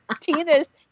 Tina's